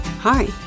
Hi